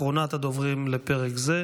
אחרונת הדוברים לפרק זה,